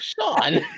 Sean